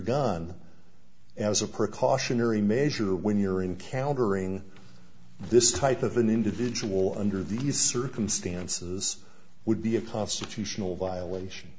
gun as a precautionary measure when you're in countering this type of an individual under these circumstances would be a constitutional violation